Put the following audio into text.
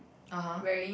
(uh huh)